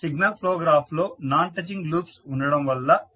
signal flow graph లో non touching loops ఉండడం వల్ల S